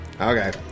Okay